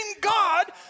God